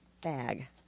bag